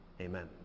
amen